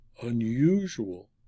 unusual